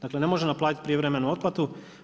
Dakle, ne može naplatiti prijevremenu otplatu.